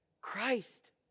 Christ